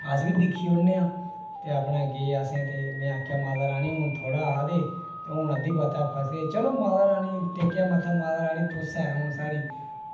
अस बी दिक्खी औन्ने आं ते अपने गे असें ते आखेआ माता रानी थुआढ़े आ दे ते हून अद्धी बत्ता फसे दे चलो माता रानी टेकेआ मत्था माता रानी तुस गै हून साढ़ी